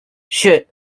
should